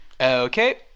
Okay